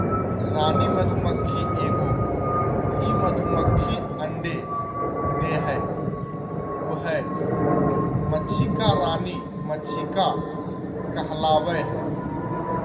रानी मधुमक्खी एगो ही मधुमक्खी अंडे देहइ उहइ मक्षिका रानी मक्षिका कहलाबैय हइ